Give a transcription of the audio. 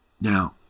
Now